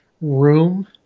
room